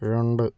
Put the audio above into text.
രണ്ട്